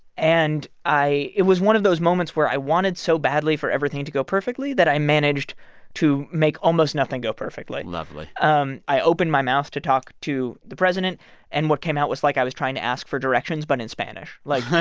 and i it was one of those moments where i wanted so badly for everything to go perfectly that i managed to make almost nothing go perfectly lovely um i opened my mouth to talk to the president and what came out was like i was trying to ask for directions but in spanish like,